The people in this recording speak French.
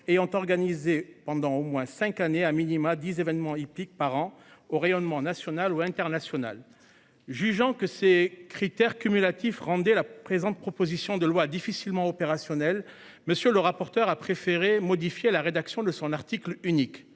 ont organisé pendant au moins 5 années a minima 10 événement hippiques par an au rayonnement national ou international. Jugeant que ces critères cumulatifs rendez la présente, proposition de loi difficilement opérationnel. Monsieur le rapporteur a préféré modifier la rédaction de son article unique,